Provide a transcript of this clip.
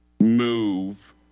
move